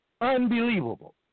Unbelievable